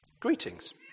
greetings